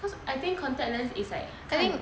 cause I think contact lens is like 看